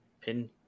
pin